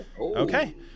okay